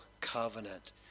covenant